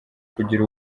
kugira